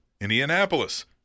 Indianapolis